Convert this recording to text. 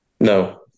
No